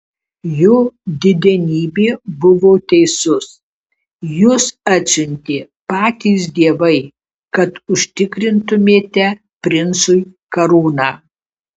jo didenybė buvo teisus jus atsiuntė patys dievai kad užtikrintumėte princui karūną